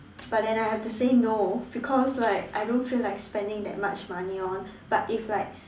but then I have to say no because like I don't feel like spending that much money on but if like